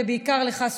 בעיקר לך,